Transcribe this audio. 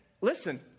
listen